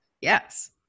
Yes